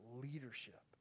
leadership